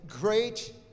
Great